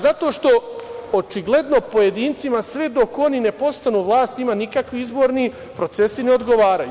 Zato što očigledno pojedincima sve dok oni ne postanu vlast njima nikakvi izborni procesi ne odgovaraju.